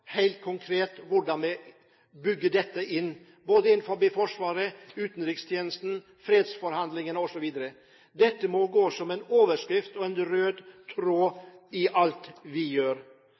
hvordan vi bygger dette inn både i Forsvaret, i utenrikstjenesten, i fredsforhandlingene, osv. Dette må stå som en overskrift og gå som en rød tråd i alt vi gjør.